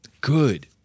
Good